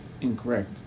Incorrect